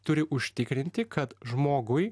turi užtikrinti kad žmogui